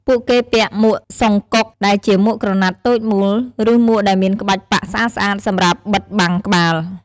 ពួកគេពាក់ មួកសុងកុក (songkok) ដែលជាមួកក្រណាត់តូចមូល ឬមួកដែលមានក្បាច់ប៉ាក់ស្អាតៗសម្រាប់បិទបាំងក្បាល។